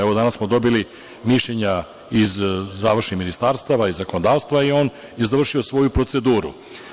Evo, danas smo dobili i mišljenja iz ministarstava i zakonodavstva i on je završio svoju proceduru.